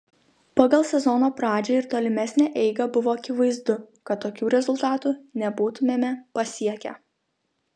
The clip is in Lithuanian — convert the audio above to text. pagal sezono pradžią ir tolimesnę eigą buvo akivaizdu kad tokių rezultatų nebūtumėme pasiekę